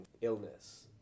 illness